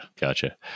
Gotcha